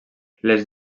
les